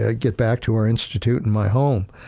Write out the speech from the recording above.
ah get back to our institute in my home,